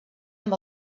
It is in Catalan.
amb